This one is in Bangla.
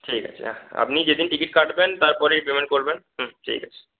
ঠিক আছে আপনি যেদিন টিকিট কাটবেন তারপরেই পেমেন্ট করবেন হুম ঠিক আছে